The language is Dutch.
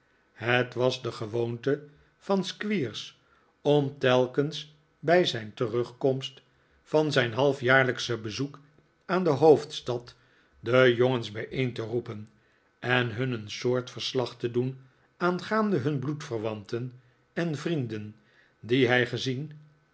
het was de gewoonte van squeers om telkens bij zijn terugkomst van zijn halfjaarlijksche bezoek aan de hopfdstad de jongens bijeen te roepen en hun een soort verslag te doen aangaande hun bloedverwanten en vrienden die hij gezien